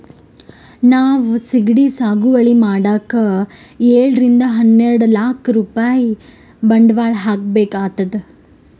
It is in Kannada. ನಾವ್ ಸಿಗಡಿ ಸಾಗುವಳಿ ಮಾಡಕ್ಕ್ ಏಳರಿಂದ ಹನ್ನೆರಡ್ ಲಾಕ್ ರೂಪಾಯ್ ಬಂಡವಾಳ್ ಹಾಕ್ಬೇಕ್ ಆತದ್